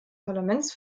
parlaments